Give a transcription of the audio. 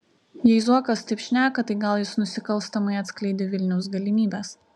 jei zuokas taip šneka tai gal jis nusikalstamai atskleidė vilniaus galimybes